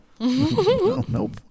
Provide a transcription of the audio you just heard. nope